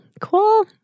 Cool